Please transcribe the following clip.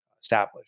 established